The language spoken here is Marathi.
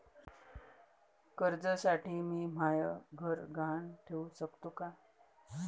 कर्जसाठी मी म्हाय घर गहान ठेवू सकतो का